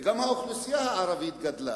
וגם האוכלוסייה הערבית גדלה,